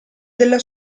della